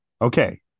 okay